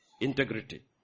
Integrity